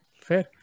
Fair